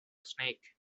snake